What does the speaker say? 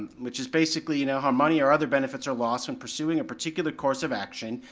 which is basically, you know, how money or other benefits are lost when pursuing a particular course of action,